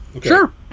Sure